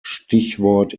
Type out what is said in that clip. stichwort